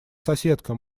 соседка